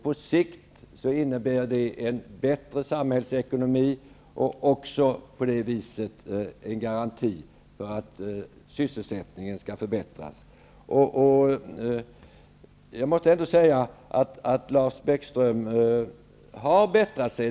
På sikt innebär det en bättre samhällsekonomi och på det viset också en garanti för att sysselsättningsläget skall kunna förbättras. Jag måste även säga att Lars Bäckström har bättrat sig.